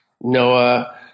noah